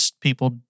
people